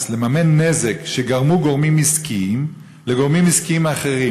ולממן נזק שגרמו גורמים עסקיים לגורמים עסקיים אחרים.